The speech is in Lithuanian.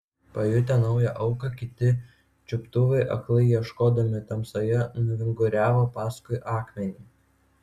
pajutę naują auką kiti čiuptuvai aklai ieškodami tamsoje nuvinguriavo paskui akmenį